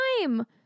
time